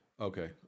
Okay